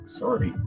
sorry